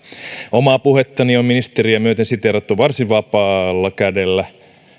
omaa puhettani on ministeriä myöten siteerattu varsin vapaalla kädellä